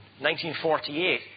1948